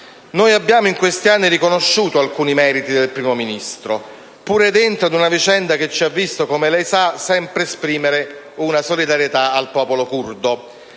Noi abbiamo in questi anni riconosciuto alcuni meriti del Primo Ministro, pur dentro ad una vicenda che ci ha visti, come lei sa, sempre esprimere solidarietà al popolo curdo.